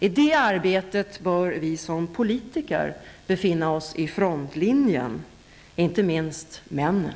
I det arbetet bör vi som politiker befinna oss i frontlinjen -- inte minst männen!